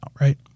right